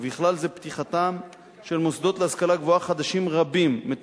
ובכלל זה פתיחת מוסדות חדשים רבים להשכלה גבוהה,